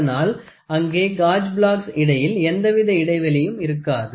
அதனால் அங்கே gauge blocks இடையில் எந்தவித இடைவெளியும் இருக்கக்கூடாது